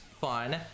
fun